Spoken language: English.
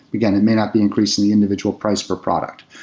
again, it may not be increase in the individual price per product.